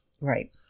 Right